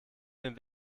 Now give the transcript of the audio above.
den